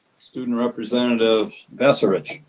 student representative basarich.